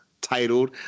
titled